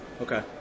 Okay